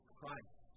Christ